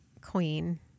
queen